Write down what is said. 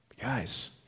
Guys